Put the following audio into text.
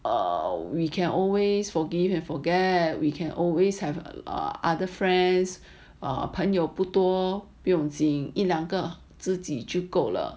err we can always forgive and forget we can always have err other friends err 朋友不多不用紧一两个知己就够了